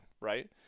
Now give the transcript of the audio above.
right